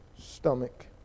stomach